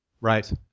Right